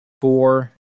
four